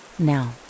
Now